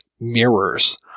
mirrors